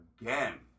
Again